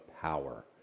power